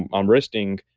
and i'm resting,